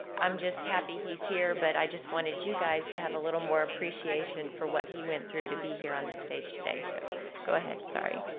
i'm just happy he's here. but i just wanted you guys to have a little more appreciation for what he went through to be here on this stage today. so go ahead, sorry.